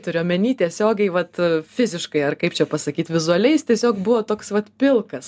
turiu omeny tiesiogiai vat fiziškai ar kaip čia pasakyt vizualiai jis tiesiog buvo toks vat pilkas